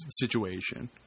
situation